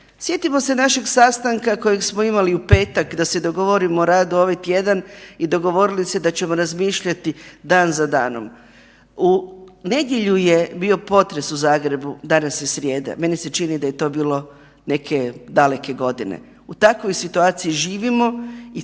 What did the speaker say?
Sjetimo se našeg sastanka kojeg smo imali u petak da se dogovorimo o radu ovaj tjedan i dogovorili se da ćemo razmišljati dan za danom. U nedjelju je bio potres u Zagrebu, danas je srijeda, meni se čini da je to bilo neke daleke godine. U takvoj situaciji živimo i